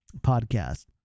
podcast